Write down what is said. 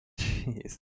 Jeez